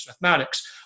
Mathematics